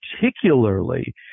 particularly